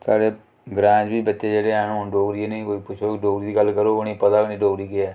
साढ़े ग्राएं दे बी बच्चे जेह्ड़े हैन हून डोगरी उ'नेंगी कोई पुच्छग डोगरी दी गल्ल करग उनेंगी पता गै नि डोगरी केह् ऐ